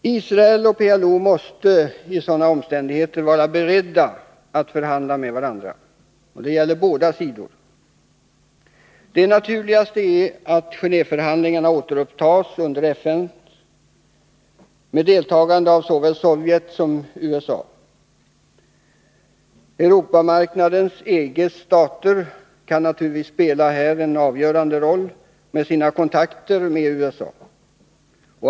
Israel och PLO måste under sådana omständigheter vara beredda att förhandla med varandra, och det gäller båda sidor. Det naturligaste är att Genéveförhandlingarna återupptas under FN, med deltagande av såväl Sovjet som USA. Europamarknadens — EG:s — stater kan naturligtvis spela en avgörande roll genom sina kontakter med USA.